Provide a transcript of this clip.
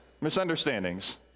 misunderstandings